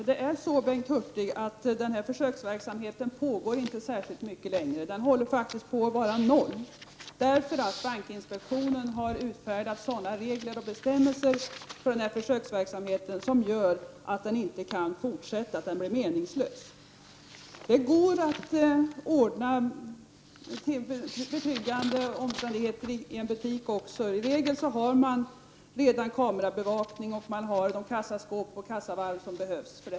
Herr talman! Den här försöksverksamheten kommer inte att pågå särskilt mycket längre. Den håller på att bli lika med noll, eftersom bankinspektionen har utfärdat sådana regler och bestämmelser för denna försöksverksamhet att den inte kan fortsätta. Den blir i så fall meningslös. Det går att ordna betryggande omständigheter också i en butik. I regel har man redan kamerabevakning och de kassaskåp och kassavalv som behövs.